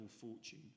fortune